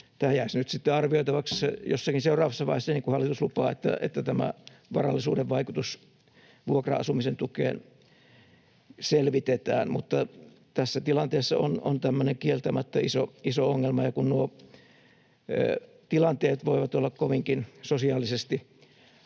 Tämä jäisi nyt sitten arvioitavaksi jossakin seuraavassa vaiheessa, niin kuin hallitus lupaa, että varallisuuden vaikutus vuokra-asumisen tukeen selvitetään, mutta tässä tilanteessa on kieltämättä tämmöinen iso ongelma, ja kun nuo tilanteet voivat olla kovinkin sosiaalisesti